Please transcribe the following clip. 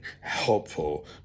helpful